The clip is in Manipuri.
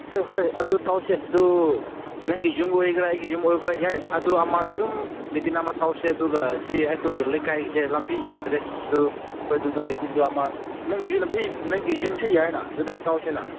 ꯍꯣꯏ ꯍꯣꯏ ꯑꯗꯨ ꯇꯧꯁꯦ ꯑꯗꯨ ꯅꯪꯒꯤ ꯌꯨꯝ ꯑꯣꯏꯒꯦꯔ ꯑꯩꯒꯤ ꯌꯨꯝ ꯑꯣꯏꯒꯦꯔ ꯌꯥꯏ ꯑꯗꯨ ꯑꯃꯗ ꯑꯗꯨꯝ ꯃꯤꯇꯤꯡ ꯑꯃ ꯇꯧꯁꯦ ꯑꯗꯨꯒ ꯁꯤ ꯑꯩꯈꯣꯏꯒꯤ ꯂꯩꯀꯥꯏꯒꯤꯁꯦ ꯂꯝꯕꯤ ꯌꯥꯗ꯭ꯔꯦ ꯑꯗꯨ ꯍꯣꯏ ꯑꯗꯨꯗ ꯃꯤꯇꯤꯡꯗꯨ ꯑꯃ ꯅꯪꯒꯤ ꯅꯪꯒꯤ ꯌꯨꯝꯁꯨ ꯌꯥꯏꯌꯦꯅ ꯑꯗꯨꯗ ꯇꯧꯁꯤꯅ